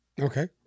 Okay